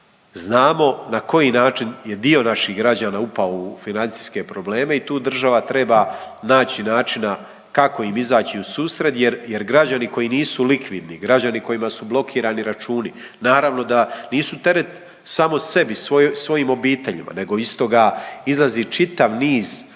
znamo na koji način je dio naših građana upao u financijske probleme i tu država treba naći načina kako im izaći u susret jer građani koji nisu likvidni, građani kojima su blokirani računi naravno da nisu teret samo sebi, svojim obiteljima nego iz toga izlazi čitav niz socijalnih